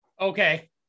Okay